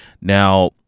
now